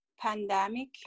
pandemic